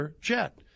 jet